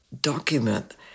document